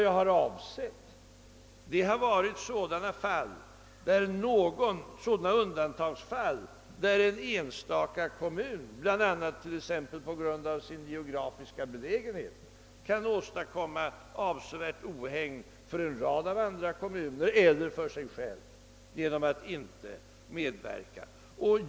Jag avsåg sådana undantagsfall där en enstaka kommun, t.ex. på grund av sin geografiska belägenhet, kan åstadkomma avsevärt ohägn för en rad andra kommuner eller för sig själv genom att inte medverka.